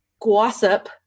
gossip